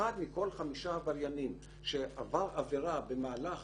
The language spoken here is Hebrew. אחד מכל חמישה עבריינים שעבר עבירה במהלך